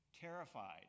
Terrified